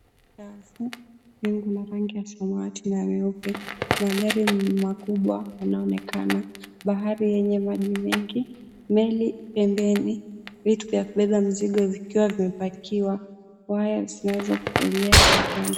Wingu la rangi ya samawati na meupe magari makubwa yanaonekana, bahari yenye maji mengi, meli pembeni, vitu vya kubebaba mizigo vikiwa vimepakiwa, waya zinazoelea kwa kando.